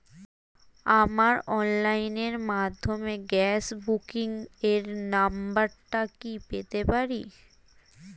আমার অনলাইনের মাধ্যমে গ্যাস বুকিং এর নাম্বারটা কি পেতে পারি?